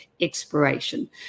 expiration